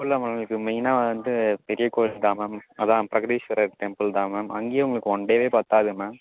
இல்லை மேம் உங்களுக்கு மெயின்னா வந்து பெரியக் கோயில் தான் மேம் அதான் பிரகதீஷ்வரர் டெம்பிள் தான் மேம் அங்கேயே உங்களுக்கு ஒன் டேவே பத்தாது மேம்